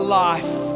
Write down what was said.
life